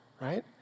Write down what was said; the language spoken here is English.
right